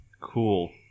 Cool